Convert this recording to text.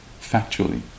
factually